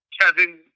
Kevin